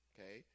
Okay